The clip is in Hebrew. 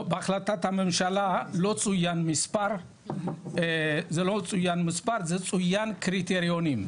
בהחלטת הממשלה לא צוין מספר, צוינו קריטריונים.